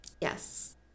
Yes